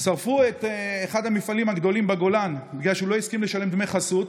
שרפו את אחד המפעלים הגדולים בגולן בגלל שהוא לא הסכים לשלם דמי חסות.